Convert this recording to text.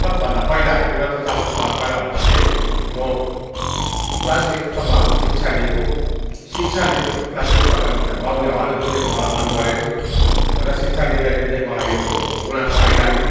सबभन्दा पहिला त्रिहत्तर सालको पहिला भन्दा चाहिँ म क्लास एटसम्म शिक्षा लिएको शिक्षा लिँदा क्लास एटसम्म लिँदा बाउले हलो जोतेको मलाई मन परेन र शिक्षा लिँदा लिँदा मलाई यो गुनासो आइलाग्यो